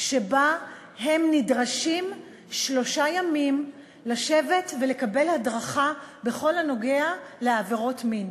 שבה הם נדרשים לשבת שלושה ימים ולקבל הדרכה בכל הנוגע לעבירות מין.